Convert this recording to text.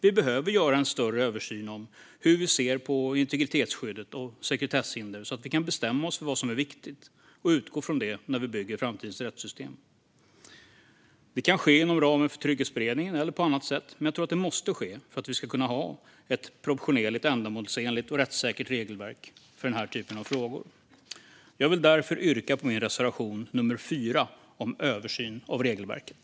Vi behöver göra en större översyn av hur vi ser på integritetsskyddet och sekretesshinder så att vi kan bestämma oss för vad som är viktigt och utgå från det när vi bygger framtidens rättssystem. Det kan ske inom ramen för Trygghetsberedningen eller på ett annat sätt, men jag tror att det måste ske för att vi ska kunna ha ett proportionerligt, ändamålsenligt och rättssäkert regelverk för den här typen av frågor. Jag vill därför yrka bifall till min reservation, nr 4, om översyn av regelverket.